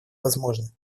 возможно